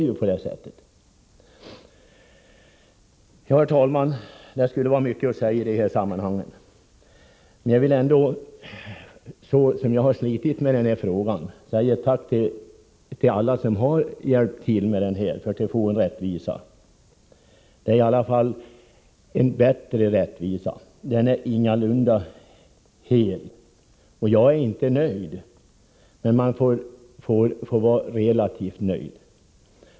Herr talman! Mycket mer vore att säga i detta sammanhang. Så som jag har slitit med denna fråga vill jag rikta ett tack till alla som har hjälpt till för att åstadkomma rättvisa. Det är ingalunda fråga om en fullständig rättvisa, och jag är inte helt nöjd.